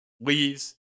Leaves